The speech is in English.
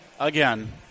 Again